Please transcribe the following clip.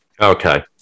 Okay